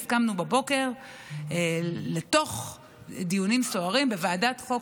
קמנו בבוקר לתוך דיונים סוערים בוועדת החוקה,